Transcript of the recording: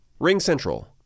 RingCentral